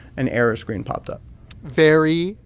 an error screen popped up very,